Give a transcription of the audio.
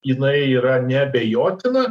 jinai yra neabejotina